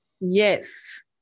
Yes